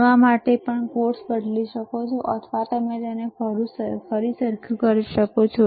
પ્રવાહ માટે પણ તમે કોર્સ બદલી શકો છો અથવા તમે તેને ફરી સરખુ કરી શકો છો